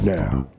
now